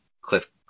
Cliff